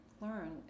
learn